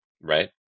right